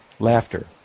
Laughter